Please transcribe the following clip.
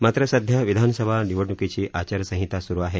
मात्र सध्या विधानसभा निवडणूकीची आचार संहिता सुरु आहे